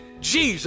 Jesus